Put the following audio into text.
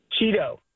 Cheeto